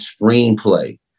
screenplay